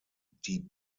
die